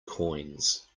coins